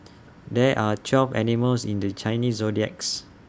there are twelve animals in the Chinese zodiacs